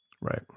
Right